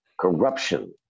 Corruption